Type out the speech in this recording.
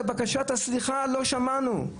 את ההתנצלות, בקשת הסליחה לא שמענו.